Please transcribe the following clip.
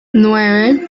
nueve